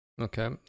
Okay